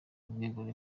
ubwegure